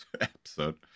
episode